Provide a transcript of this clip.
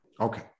Okay